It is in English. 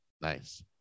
Nice